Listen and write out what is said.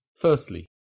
firstly